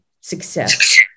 success